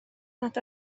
nad